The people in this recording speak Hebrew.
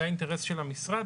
זה האינטרס של המשרד,